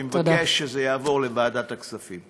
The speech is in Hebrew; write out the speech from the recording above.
אני מבקש שזה יעבור לוועדת הכספים.